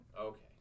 Okay